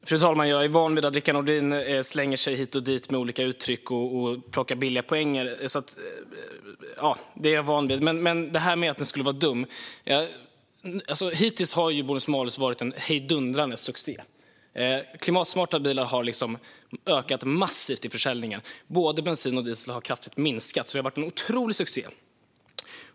Fru talman! Jag är van vid att Rickard Nordin svänger sig hit och dit med olika uttryck och plockar billiga poänger. Det är jag van vid. Men låt mig bemöta detta att bonus-malus skulle vara dumt. Hittills har det ju varit en hejdundrande succé. Klimatsmarta bilar har ökat massivt i försäljningen. Både bensin och diesel har kraftigt minskat. Det har alltså varit en otrolig succé.